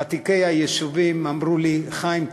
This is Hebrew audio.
ותיקי היישובים אמרו לי: חיים,